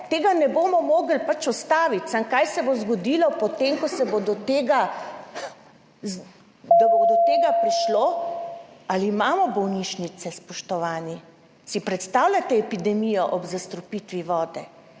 Tega ne bomo mogli ustaviti, samo kaj se bo zgodilo, potem ko bo do tega prišlo? Ali imamo bolnišnice, spoštovani? Si predstavljate epidemijo ob zastrupitvi vode?